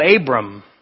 Abram